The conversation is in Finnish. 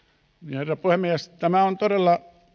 herra puhemies tämä on todella